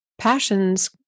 passions